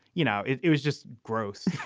you know, it it was just gross